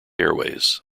airways